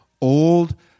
Old